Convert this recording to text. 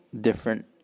different